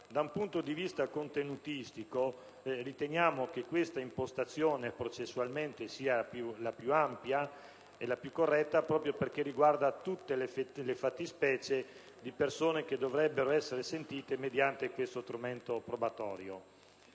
Da un punto di vista contenutistico riteniamo che questa impostazione sia processualmente quella più ampia e corretta proprio perché riguarda tutte le fattispecie di persone che dovrebbero essere sentite mediante lo strumento probatorio.